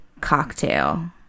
cocktail